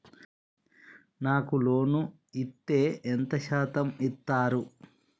నాకు లోన్ ఇత్తే ఎంత శాతం ఇత్తరు?